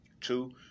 Two